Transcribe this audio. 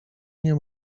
nie